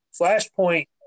Flashpoint